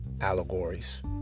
allegories